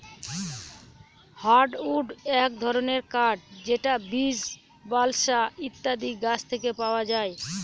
hardwood এক ধরনের কাঠ যেটা বীচ, বালসা ইত্যাদি গাছ থেকে পাওয়া যায়